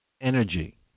energy